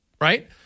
right